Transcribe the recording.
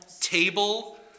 table